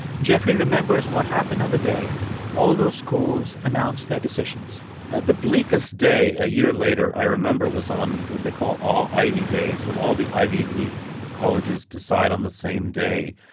jeffrey remembers what happened on the day all those schools announced their decisions ah the bleakest day, a year later, i remember was on what they call ivy day. it's when all the ivy league colleges decide on the same day,